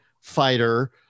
fighter